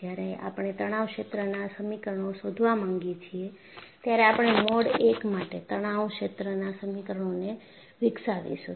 જ્યારે આપણે તણાવ ક્ષેત્રના સમીકરણો શોધવા માંગીએ છીએ ત્યારે આપણે મોડ I માટે તણાવ ક્ષેત્રના સમીકરણો ને વિકસાવીશું